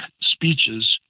speeches